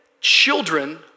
children